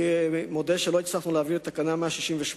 אני מודה שלא הצלחנו להעביר את תקנה 168